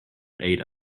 ate